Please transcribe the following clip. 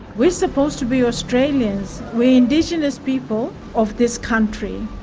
we're supposed to be australians, we indigenous people of this country,